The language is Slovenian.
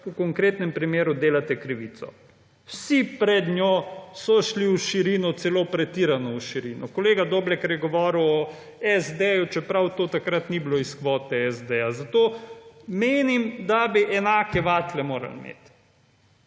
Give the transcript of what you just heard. v konkretnem primeru delate krivico. Vsi pred njo so šli v širino, celo pretirano v širino. Kolega Doblekar je govoril o SD, čeprav to takrat ni bilo iz kvote SD. Zato menim, da bi enake vatle morali imeti.